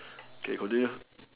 okay continue